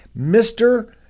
Mr